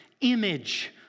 image